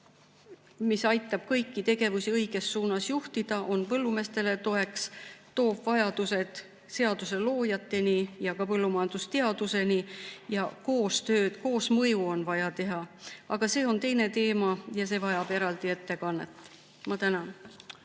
mis aitab kõiki tegevusi õiges suunas juhtida, on põllumeestele toeks, selgitab vajadusi seaduseloojatele ja ka põllumajandusteadlastele. Koostööd, koosmõju on vaja, aga see on teine teema ja see vajab eraldi ettekannet. Ma tänan!